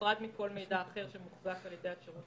המשרד לעיין בפרטי המידע שמגיעים מהשירות.